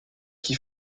qui